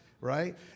Right